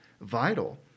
vital